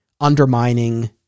undermining